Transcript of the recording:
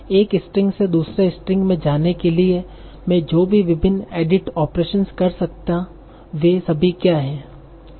एक स्ट्रिंग से दूसरे स्ट्रिंग में जाने के लिए मैं जो भी विभिन्न एडिट ओपरेसंस कर सकता वे सभी क्या हैं